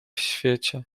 świecie